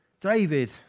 David